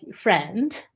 friend